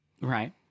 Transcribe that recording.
Right